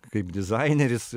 kaip dizaineris